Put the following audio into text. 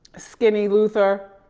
skinny luther.